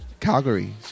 calgary